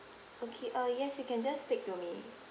okay uh yes you can just speak to me